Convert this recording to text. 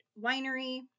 Winery